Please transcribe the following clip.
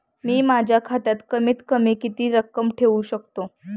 मी माझ्या खात्यात कमीत कमी किती रक्कम ठेऊ शकतो?